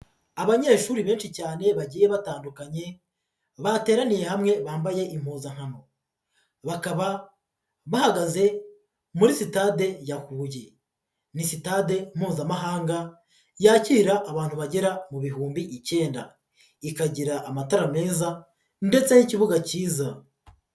Abanyeshuri benshi cyane bagiye batandukanye bateraniye hamwe bambaye impuzankano, bakaba bahagaze muri sitade ya Huye, ni sitade Mpuzamahanga yakira abantu bagera mu bihumbi icyenda, ikagira amatara meza ndetse n'ikibuga cyiza.